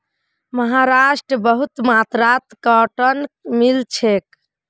महाराष्ट्रत बहुत मात्रात कॉटन मिल छेक